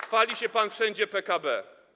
Chwali się pan wszędzie PKB.